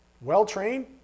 well-trained